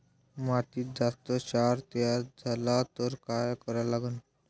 मातीत जास्त क्षार तयार झाला तर काय करा लागन?